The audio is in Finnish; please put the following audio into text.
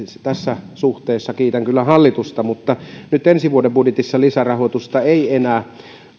tässä suhteessa kiitän kyllä hallitusta mutta ensi vuoden budjetissa lisärahoitusta ei enää